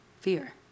fear